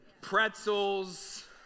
pretzels